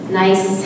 nice